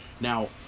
now